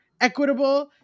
equitable